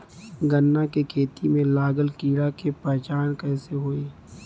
गन्ना के खेती में लागल कीड़ा के पहचान कैसे होयी?